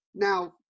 Now